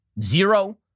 zero